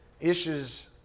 Issues